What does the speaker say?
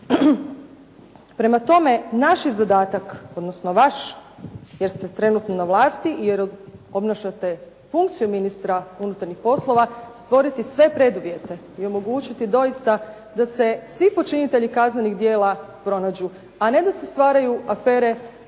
Prema tome, naš je zadatak, odnosno vaš jer ste trenutno na vlasti i jer obnašate funkciju ministra unutarnjih poslova stvoriti sve preduvjete i omogućiti doista da se svi počinitelji kaznenih djela pronađu, a ne da se stvaraju afere